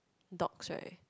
Dorcas right